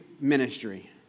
ministry